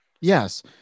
yes